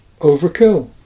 overkill